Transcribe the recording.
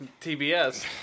TBS